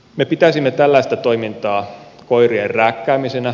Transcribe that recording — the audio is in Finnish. me pitäisimme tällaista toimintaa koirien rääkkäämisenä